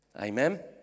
amen